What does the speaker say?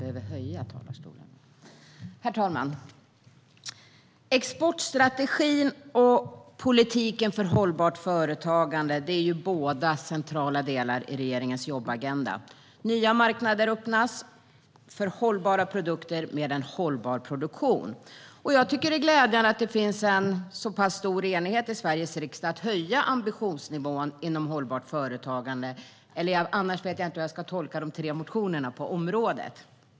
Herr talman! Exportstrategin och politiken för hållbart företagande är båda centrala delar i regeringens jobbagenda. Nya marknader öppnas för hållbara produkter med en hållbar produktion. Det är glädjande att det finns en så pass stor enighet i Sveriges riksdag om att höja ambitionsnivån inom hållbart företagande. Annars vet jag inte hur jag ska tolka de tre motionerna på området.